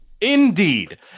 Indeed